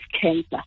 cancer